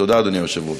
תודה, אדוני היושב-ראש.